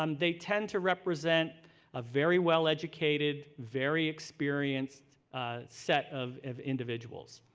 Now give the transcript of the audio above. um they tend to represent a very well-educated, very experienced set of of individuals.